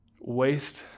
waste